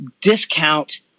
discount